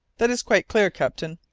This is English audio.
that is quite clear, captain.